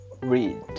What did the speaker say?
read